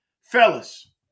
Fellas